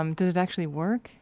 um does it actually work?